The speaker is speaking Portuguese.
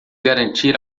garantir